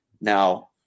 Now